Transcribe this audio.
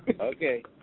Okay